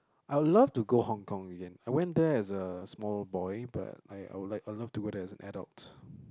I would love to go Hong Kong Again I went there as a small boy but I I would like I would love to go there as an adult